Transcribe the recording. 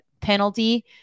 penalty